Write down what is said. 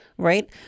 Right